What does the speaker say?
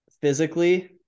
physically